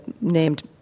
named